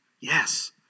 Yes